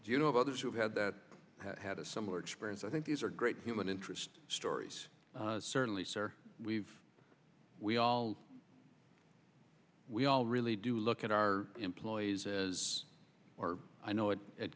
do you know of others who have that had a similar experience i think these are great human interest stories certainly sir we've we all we all really do look at our employees as or i know it